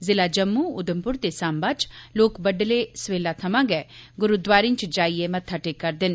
जिला जम्मू उधमपुर ते साम्बा च लोक बड़डलै सवेला थमां गुरूद्वारे च जाइयै मत्था टेका रदे न